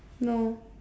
no